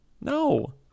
No